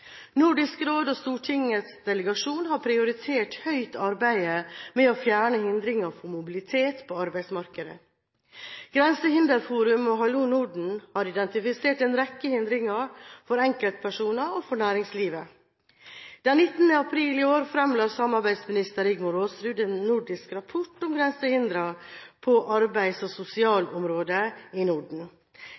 Nordisk råd og Stortingets delegasjon har prioritert høyt arbeidet med å fjerne hindringer for mobilitet på arbeidsmarkedet. Grensehinderforum og Hallo Norden har identifisert en rekke hindringer for enkeltpersoner og for næringslivet. Den 19. april i år fremla samarbeidsminister Rigmor Aasrud en nordisk rapport om grensehindringer på arbeidsmarkeds- og sosialområdet i Norden.